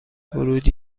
ورودی